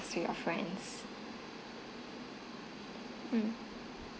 to your friends mm